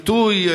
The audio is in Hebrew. העיתוי,